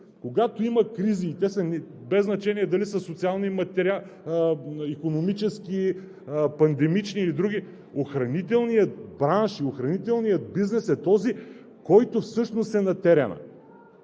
когато има кризи, без значение дали са социални, икономически, пандемични или други, охранителният бранш, охранителният бизнес е този, който всъщност е на терена.